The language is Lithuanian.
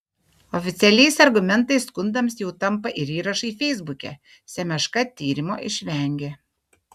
oficialiais argumentais skundams jau tampa ir įrašai feisbuke semeška tyrimo išvengė